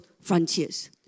frontiers